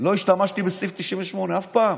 לא השתמשתי בסעיף 98, אף פעם.